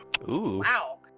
wow